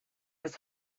was